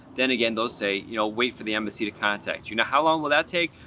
then again, they'll say, you know, wait for the embassy to contact you. now, how long will that take?